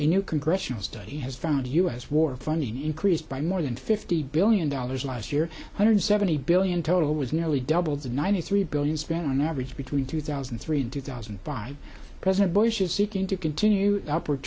a new congressional study has found u s war funding increased by more than fifty billion dollars last year hundred seventy billion total was nearly double the ninety three billion spent on average between two thousand and three and two thousand by president bush is seeking to continue up